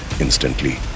instantly